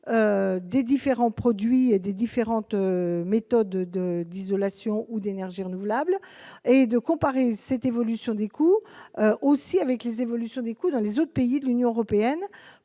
des différents produits des différentes méthodes de d'isolation ou d'énergies renouvelables et de comparer cette évolution des cours aussi avec les évolutions des coûts dans les autres pays de l'Union européenne